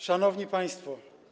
Szanowni Państwo!